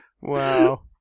Wow